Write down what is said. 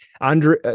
andre